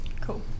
cool